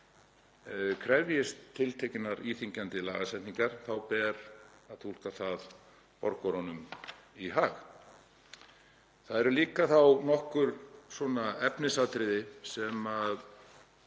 krefjist tiltekinnar íþyngjandi lagasetningar þá ber að túlka það borgurunum í hag. Það eru líka nokkur efnisatriði sem ég